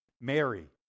Mary